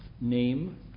name